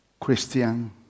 Christian